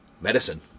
medicine